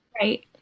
Right